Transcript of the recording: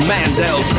Mandel